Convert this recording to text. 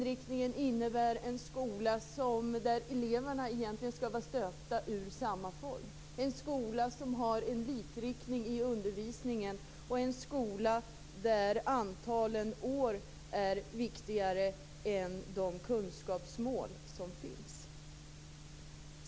Den innebär en skola där eleverna egentligen skall vara stöpta i samma form, en skola som har en likriktning i undervisningen och en skola där antalen år är viktigare än de kunskapsmål som finns.